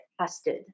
tested